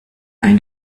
ein